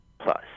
plus